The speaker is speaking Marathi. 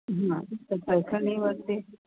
हां तर पैठणीवरती